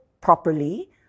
properly